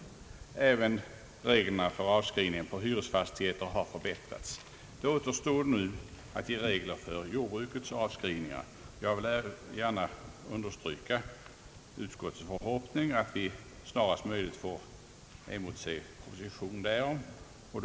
Även reglerna för avskrivning på hyresfastigheter har förbättrats. Det återstår nu att ge regler för jordbrukets avskrivningar. Jag vill gärna understryka utskottets förhoppning att vi snarast möjligt får motse proposition därom.